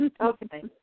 okay